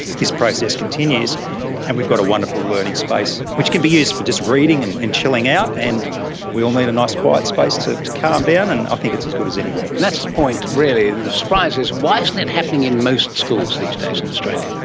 this process continues and we've got a wonderful learning space which can be used for just reading and and chilling out, and we all need a nice quiet space to calm down, and i think it's as good as anywhere. and that's the point really, the surprise is why isn't it happening in most schools these days in australia?